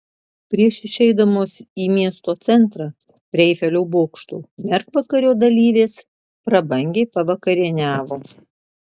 prieš išeidamos į miesto centrą prie eifelio bokšto mergvakario dalyvės prabangiai pavakarieniavo